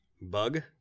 Bug